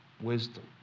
wisdom